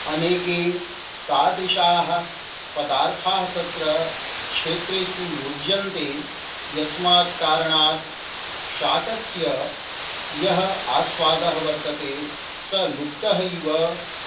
अनेके तादृशाः पदार्थाः तत्र क्षेत्रेषु योज्यन्ते यस्मात् कारणात् शाकस्य यः आस्वादः वर्तते स लुप्तः इव